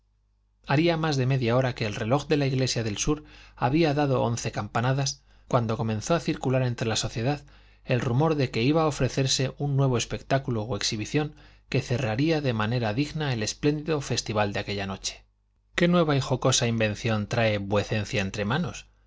haría más de media hora que el reloj de la iglesia del sur había dado once campanadas cuando comenzó a circular entre la sociedad el rumor de que iba a ofrecerse un nuevo espectáculo o exhibición que cerraría de manera digna el espléndido festival de aquella noche qué nueva y jocosa invención trae vuecencia entre manos